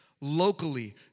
Locally